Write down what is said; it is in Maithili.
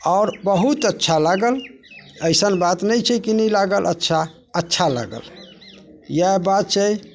आओर बहुत अच्छा लागल अइसन बात नहि छै की नहि लागल अच्छा अच्छा लागल यएह बात छै